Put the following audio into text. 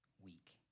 week